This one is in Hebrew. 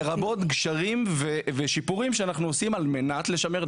לרבות גשרים ושיפורים שאנחנו עושים על מנת לשמר.